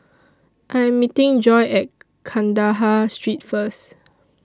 I Am meeting Joy At Kandahar Street First